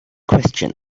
question